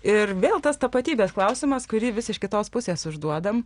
ir vėl tas tapatybės klausimas kurį vis iš kitos pusės užduodam